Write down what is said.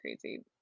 Crazy